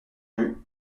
rue